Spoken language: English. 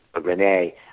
Renee